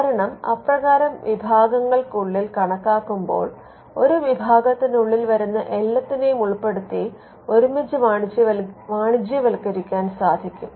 കാരണം അപ്രകാരം വിഭാഗങ്ങൾക്കുള്ളിൽ കണക്കാക്കുമ്പോൾ ഒരു വിഭാഗത്തിനുള്ളിൽ വരുന്ന എല്ലാത്തിനെയും ഉൾപ്പെടുത്തി ഒരുമിച്ച് വാണിജ്യവത്കരിക്കാൻ സാധിക്കും